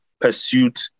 pursuit